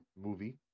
movie